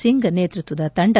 ಸಿಂಗ್ ನೇತೃತ್ವದ ತಂಡ